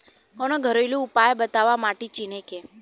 कवनो घरेलू उपाय बताया माटी चिन्हे के?